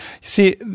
See